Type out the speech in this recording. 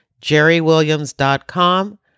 jerrywilliams.com